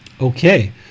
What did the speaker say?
Okay